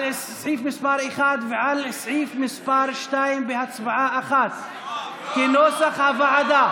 סעיף 1 ועל סעיף 2 בהצבעה אחת כנוסח הוועדה?